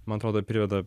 man atrodo prideda